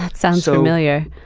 sounds familiar.